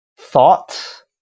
thought